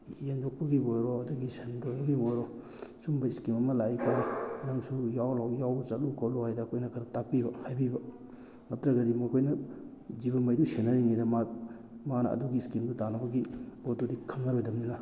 ꯌꯦꯟ ꯌꯣꯛꯄꯒꯤꯕꯨ ꯑꯣꯏꯔꯣ ꯑꯗꯒꯤ ꯁꯟ ꯂꯣꯏꯕꯒꯤꯕꯨ ꯑꯣꯏꯔꯣ ꯁꯨꯝꯕ ꯏꯁꯀꯤꯝ ꯑꯃ ꯂꯥꯛꯏ ꯈꯣꯠꯂꯤ ꯅꯪꯁꯨ ꯌꯥꯎꯔꯨ ꯂꯥꯎ ꯌꯥꯎꯕ ꯆꯠꯂꯨ ꯈꯣꯠꯂꯨ ꯍꯥꯏꯗꯅ ꯑꯩꯈꯣꯏꯅ ꯈꯔ ꯇꯥꯛꯄꯤꯕ ꯍꯥꯏꯕꯤꯕ ꯅꯠꯇ꯭ꯔꯒꯗꯤ ꯃꯈꯣꯏꯅ ꯖꯤꯕꯉꯩꯗꯣ ꯁꯦꯟꯅꯔꯤꯉꯩꯗ ꯃꯥ ꯃꯥꯅ ꯑꯗꯨꯒꯤ ꯏꯁꯀꯤꯝꯗꯨ ꯇꯥꯟꯅꯅꯕꯒꯤ ꯄꯣꯠꯇꯨꯗꯤ ꯈꯪꯉꯔꯣꯏꯗꯝꯅꯤꯅ